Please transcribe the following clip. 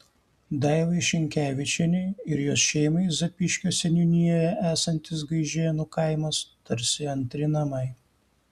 daivai šinkevičienei ir jos šeimai zapyškio seniūnijoje esantis gaižėnų kaimas tarsi antri namai